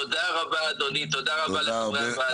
תודה רבה, אדוני, תודה רבה לחברי הוועדה.